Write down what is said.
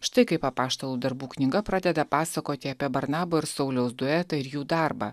štai kaip apaštalų darbų knyga pradeda pasakoti apie barnabo ir sauliaus duetą ir jų darbą